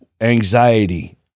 anxiety